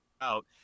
out